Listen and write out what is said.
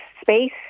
space